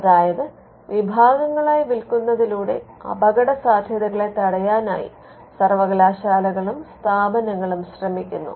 അതായത് വിഭാഗങ്ങളാക്കി വിൽക്കുന്നതിലൂടെ അപകടസാധ്യതകളെ തടയാനായി സർവ്വകലാശാലകളും സ്ഥാപനങ്ങളും ശ്രമിക്കുന്നു